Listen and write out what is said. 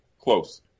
Close